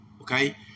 okay